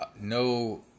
no